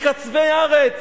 מקצווי ארץ